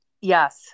Yes